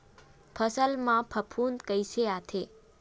फसल मा फफूंद कइसे आथे?